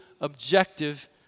objective